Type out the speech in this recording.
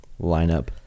lineup